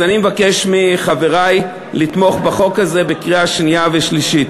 אני מבקש מחברי לתמוך בחוק הזה בקריאה שנייה ושלישית.